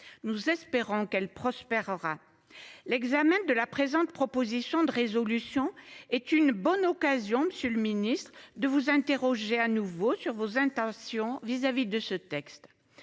Nous espérons qu'elle prospère aura l'examen de la présente proposition de résolution est une bonne occasion, Monsieur le Ministre, de vous interroger à nouveau sur vos intentions vis-à-vis de ce texte.